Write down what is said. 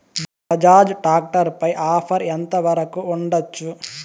Bajaj tractor పై offer ఎంత వరకు ఉండచ్చు?